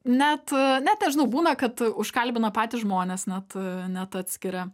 net net nežinau būna kad užkalbina patys žmonės net net atskiria